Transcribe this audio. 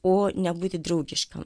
o nebūti draugiškam